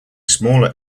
smaller